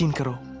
and girl